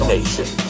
Nation